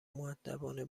مودبانه